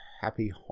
Happy